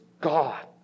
God